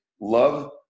love